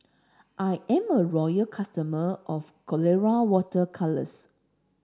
I'm a loyal customer of Colora water colours